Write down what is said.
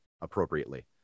appropriately